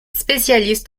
spécialistes